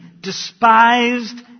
despised